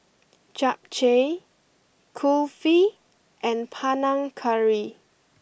Japchae Kulfi and Panang Curry